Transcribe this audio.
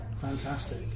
Fantastic